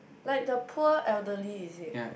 like the poor elderly is it